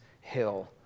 hill